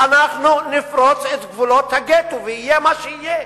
אנחנו נפרוץ את גבולות הגטו, ויהיה מה שיהיה.